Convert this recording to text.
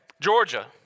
Georgia